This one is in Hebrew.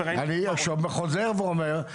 אני חוזר ואומר,